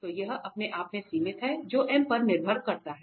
तो यह अपने आप में सीमित है जो m पर निर्भर करता है